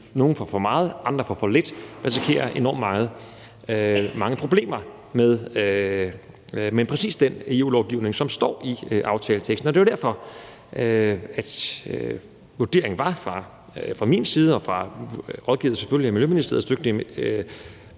nogle får for meget, og at andre får for lidt, og man risikerer enormt mange problemer med præcis den EU-lovgivning, som står i aftaleteksten. Og det er jo derfor, at vurderingen fra min side var – selvfølgelig med rådgivning fra Miljøministeriets dygtige